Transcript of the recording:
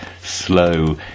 slow